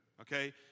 Okay